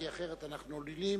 כי אחרת אנחנו עלולים